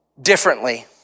differently